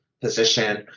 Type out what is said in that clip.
position